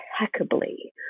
impeccably